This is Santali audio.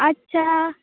ᱟᱪᱪᱷᱟ